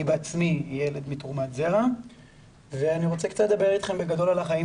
אני בעצמי ילד מתרומת זרע ואני רוצה לדבר קצת על החיים